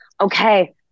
Okay